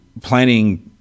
planning